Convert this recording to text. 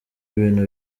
ibintu